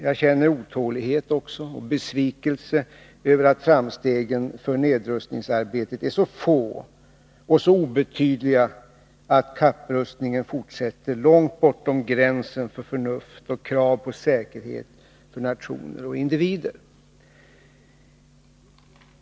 Jag känner otålighet och besvikelse över att framstegen för nedrustningsarbetet är så få och så obetydliga och att kapprustningen fortsätter långt bortom gränsen för förnuft och krav på säkerhet för nationer och individer.